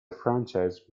franchise